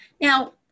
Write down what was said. Now